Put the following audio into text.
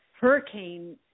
hurricane